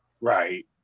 Right